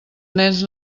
nens